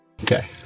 Okay